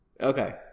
Okay